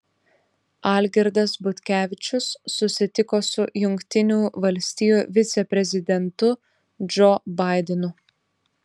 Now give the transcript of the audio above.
algirdas butkevičius susitiko su jungtinių valstijų viceprezidentu džo baidenu